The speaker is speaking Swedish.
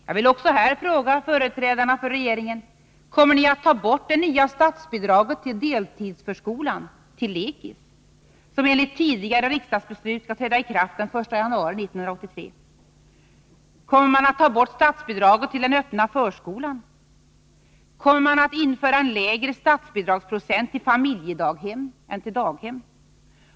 Jag vill också här fråga företrädarna för regeringen: Kommer ni att ta bort det nya statsbidraget till deltidsförskolan, lekis, som enligt tidigare riksdagsbeslut skall träda i kraft den 1 januari 1983? Kommer man att ta bort statsbidraget till den öppna förskolan? Kommer man att införa en lägre statsbidragsprocent till familjedaghem än till daghem?